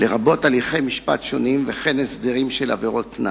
לרבות הליכי משפט שונים וכן הסדרים של עבירות קנס.